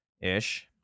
ish